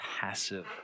passive